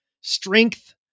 strength